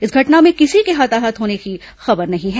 इस घटना में किसी के हताहत होने की खबर नहीं है